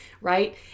right